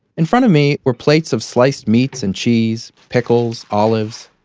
in front of me were plates of sliced meats and cheese. pickles. olives.